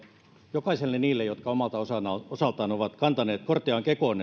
jokaiselle niille jotka omalta osaltaan osaltaan ovat kantaneet korttaan kekoon